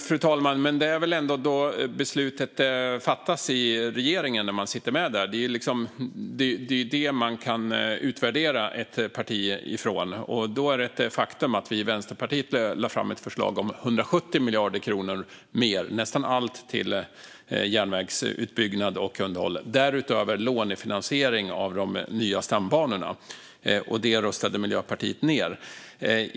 Fru talman! När ett parti sitter med i regeringen är det de beslut som fattas där som man får utgå från när partiet ska utvärderas. Det är ett faktum att vi i Vänsterpartiet lade fram ett förslag om 170 miljarder kronor mer - nästan allt till järnvägsutbyggnad och underhåll - och därutöver lånefinansiering av de nya stambanorna. Det röstade Miljöpartiet ned.